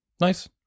Nice